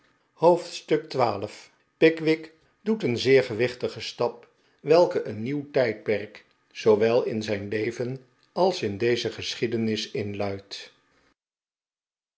hoofdstuk xii pickwick doet een zeer gewichtigen stap welke een nieuw tijdperk zoowel in zijn leven als in deze gesehiedenis inluidt